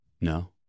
No